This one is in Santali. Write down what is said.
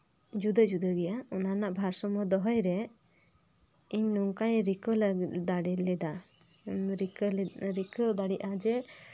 ᱡᱩᱫᱟᱹ ᱡᱩᱫᱟᱹ ᱜᱮᱭᱟ ᱚᱱᱟ ᱨᱮᱭᱟᱜ ᱵᱷᱟᱨ ᱥᱟᱢᱢᱚ ᱫᱚᱦᱚᱭ ᱨᱮ ᱤᱧ ᱱᱚᱝᱠᱟᱧ ᱨᱤᱠᱟᱹ ᱫᱟᱲᱮ ᱞᱮᱫᱟ ᱨᱤᱠᱟᱹ ᱫᱟᱲᱮᱭᱟᱜᱼᱟ ᱡᱮ